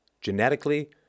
genetically